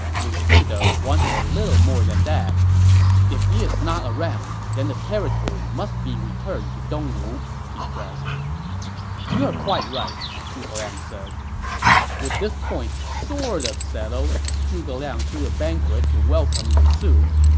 lu su, though, wanted a little more than that if he is not around, then the territory must be returned to dongwu, he pressed you are quite right, zhuge liang said with this point sort of settled, zhuge liang threw a banquet to welcome lu su.